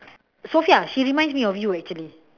Sofia she reminds me of you actually